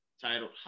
titled